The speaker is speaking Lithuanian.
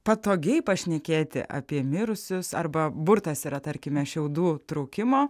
patogiai pašnekėti apie mirusius arba burtas yra tarkime šiaudų traukimo